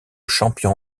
champion